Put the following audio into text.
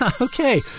Okay